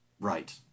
right